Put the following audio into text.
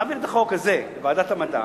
נעביר את החוק הזה לוועדת המדע.